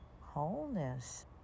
wholeness